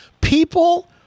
people